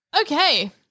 Okay